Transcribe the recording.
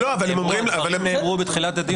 אבל הם נאמרו בתחילת הדיון.